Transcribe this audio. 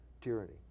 tyranny